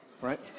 right